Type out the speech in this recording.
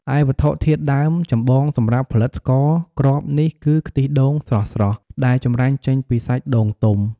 ឯវត្ថុធាតុដើមចម្បងសម្រាប់ផលិតស្ករគ្រាប់នេះគឺ ខ្ទិះដូងស្រស់ៗដែលចម្រាញ់ចេញពីសាច់ដូងទុំ។